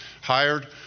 hired